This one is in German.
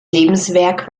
lebenswerk